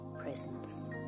Presence